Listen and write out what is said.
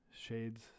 Shades